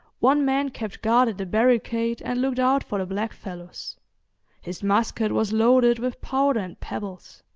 one man kept guard at the barricade, and looked out for the blackfellows his musket was loaded with powder and pebbles.